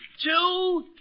two